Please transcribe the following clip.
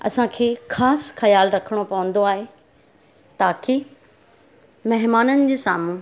असांखे ख़ासि ख़्यालु रखणो पवंदो आहे ताकी महिमाननि जे साम्हूं